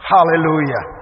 Hallelujah